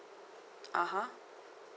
(uh huh)